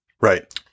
Right